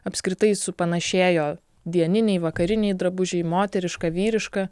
apskritai supanašėjo dieniniai vakariniai drabužiai moteriška vyriška